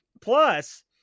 Plus